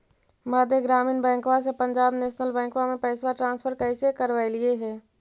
मध्य ग्रामीण बैंकवा से पंजाब नेशनल बैंकवा मे पैसवा ट्रांसफर कैसे करवैलीऐ हे?